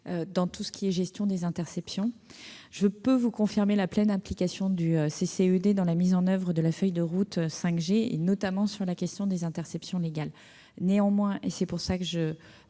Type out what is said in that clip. dans tout ce qui a trait à la gestion des interceptions. Je puis vous confirmer la pleine implication du CCED dans la mise en oeuvre de la feuille de route 5G, notamment sur la question des interceptions légales. Néanmoins- et c'est pour cette